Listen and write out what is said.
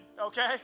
okay